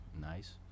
nice